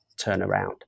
turnaround